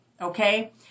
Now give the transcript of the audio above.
okay